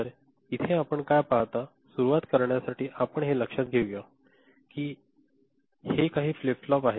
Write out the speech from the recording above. तर इथे आपण काय पाहता सुरवात करण्यासाठी आपण हे लक्षात घेऊया हे काही फ्लिप फ्लॉप आहेत